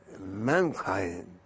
mankind